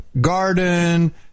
garden